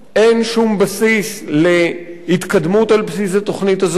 אין שום בסיס להתקדמות על בסיס התוכנית הזאת.